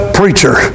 preacher